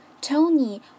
Tony